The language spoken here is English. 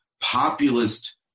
populist